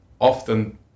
often